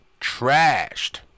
Trashed